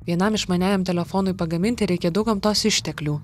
vienam išmaniajam telefonui pagaminti reikia daug gamtos išteklių